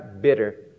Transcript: bitter